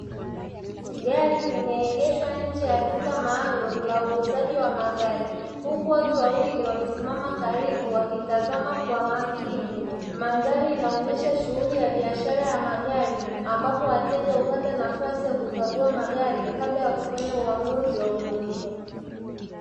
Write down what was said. Gari limeegeshwa nje ya duka maalumu la magari, huku watu wawili wamesimama karibu wakitazama kwa makini. Mandhari inaonyesha shughuli ya biashara ya magari, ambapo wateja hupata nafasi ya kukagua magari, kabla ya kufanya uamuzi wa kununua.